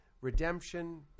redemption